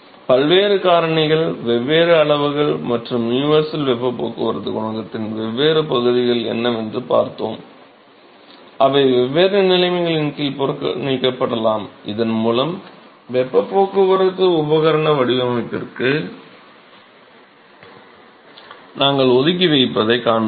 பல்வேறு காரணிகள் வெவ்வேறு அளவுகள் மற்றும் யுனிவர்சல் வெப்பப் போக்குவரத்து குணகத்தின் வெவ்வேறு பகுதிகள் என்னவென்று பார்த்தோம் அவை வெவ்வேறு நிலைமைகளின் கீழ் புறக்கணிக்கப்படலாம் இதன் மூலம் வெப்பப் போக்குவரத்து உபகரண வடிவமைப்பிற்கு நாங்கள் ஒதுக்கி வைப்பதைக் காண்போம்